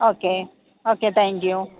okay okay thank you